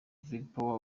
vigpower